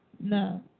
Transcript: No